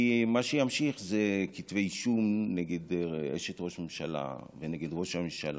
כי מה שיימשך זה כתבי אישום נגד אשת ראש ממשלה ונגד ראש הממשלה.